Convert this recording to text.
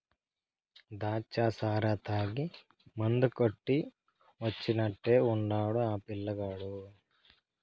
దాచ్చా సారా తాగి మందు కొట్టి వచ్చినట్టే ఉండాడు ఆ పిల్లగాడు